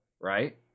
right